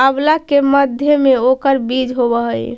आंवला के मध्य में ओकर बीज होवअ हई